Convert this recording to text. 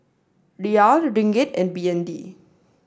Riyal Ringgit and B N D